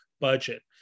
budget